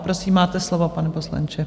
Prosím, máte slovo, pane poslanče.